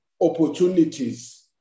opportunities